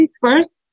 first